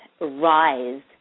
rise